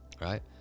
right